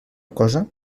cosa